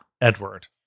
Edward